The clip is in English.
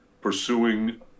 pursuing